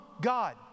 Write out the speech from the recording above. God